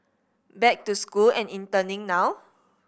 back to school and interning now